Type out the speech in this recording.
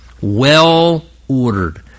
Well-ordered